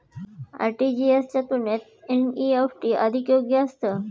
RTGS च्या तुलनेत NEFT अधिक योग्य असतं